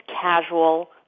casual